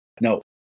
no